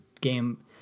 game